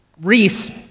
Reese